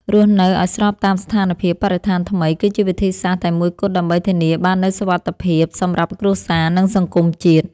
រស់នៅឱ្យស្របតាមស្ថានភាពបរិស្ថានថ្មីគឺជាវិធីសាស្ត្រតែមួយគត់ដើម្បីធានាបាននូវសុវត្ថិភាពសម្រាប់គ្រួសារនិងសង្គមជាតិ។